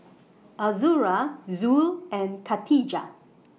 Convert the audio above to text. Azura Zul and Katijah